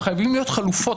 אלה חייבות להיות חלופות.